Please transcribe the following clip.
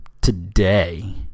today